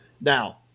Now